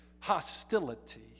hostility